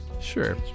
sure